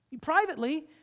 privately